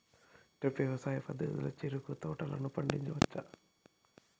drip వ్యవసాయ పద్ధతిలో చెరుకు తోటలను పండించవచ్చా